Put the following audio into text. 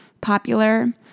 popular